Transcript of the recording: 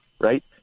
right